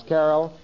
Carol